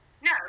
no